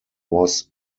was